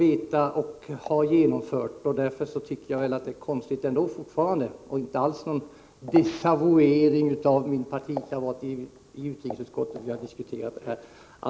Jag tycker alltså fortfarande att det inträffade är konstigt; och det innebär inte alls någon desavouering av min partikamrat i utrikesutskottet. Vi har diskuterat detta.